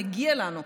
מגיע לנו.